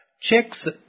Checks